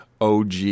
OG